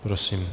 Prosím.